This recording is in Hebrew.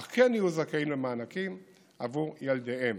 אך כן יהיו זכאים למענקים עבור ילדיהם.